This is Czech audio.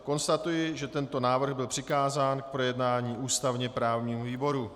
Konstatuji, že tento návrh byl přikázán k projednání ústavněprávnímu výboru.